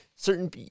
Certain